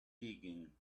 digging